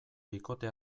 bikote